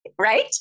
Right